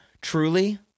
Truly